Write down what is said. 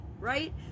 right